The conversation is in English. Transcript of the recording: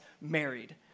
married